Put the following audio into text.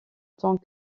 tant